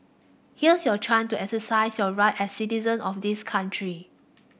here's your chance to exercise your right as citizen of this country